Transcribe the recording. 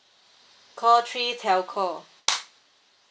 call three telco